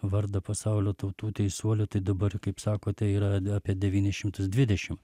vardą pasaulio tautų teisuolių tai dabar kaip sakote yra apie devynis šimtus dvidešim